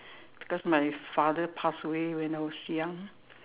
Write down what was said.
because my father passed away when I was young